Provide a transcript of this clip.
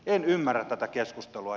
en ymmärrä tätä keskustelua